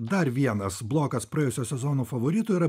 dar vienas blokas praėjusio sezono favoritų yra